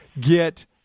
get